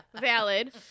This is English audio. Valid